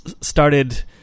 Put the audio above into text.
started